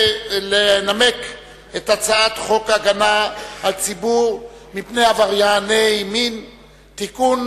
לנמק את הצעת חוק הגנה על הציבור מפני עברייני מין (תיקון,